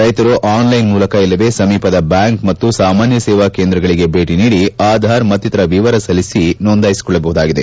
ರೈತರು ಆನ್ಲೈನ್ ಮೂಲಕ ಇಲ್ಲವೆ ಸಮೀಪದ ಬ್ಯಾಂಕ್ ಮತ್ತು ಸಾಮಾನ್ಯ ಸೇವಾ ಕೇಂದ್ರಗಳಿಗೆ ಭೇಟಿ ನೀಡಿ ಆಧಾರ್ ಮತ್ತಿತರ ವಿವರ ಸಲ್ಲಿಸಿ ನೋಂದಾಯಿಸಿಕೊಳ್ಳಬಹುದಾಗಿದೆ